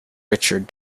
richard